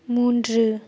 மூன்று